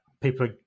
people